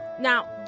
now